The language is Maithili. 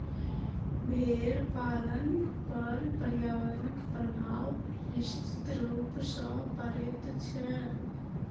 भेंड़ पालन पर पर्यावरणक प्रभाव निश्चित रूप सॅ पड़ैत छै